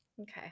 Okay